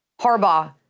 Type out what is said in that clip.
Harbaugh